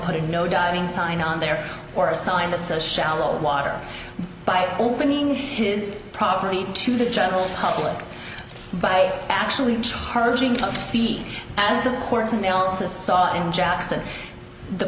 put it no diving sign on there or a sign that says shallow water by opening his property to the general public by actually charging feet as of course and they also saw in jackson the